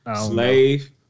slave